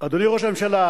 אדוני ראש הממשלה,